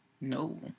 No